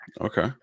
Okay